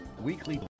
weekly